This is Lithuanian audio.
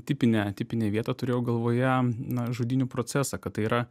tipinę tipinę vietą turėjau galvoje na žudynių procesą kad tai yra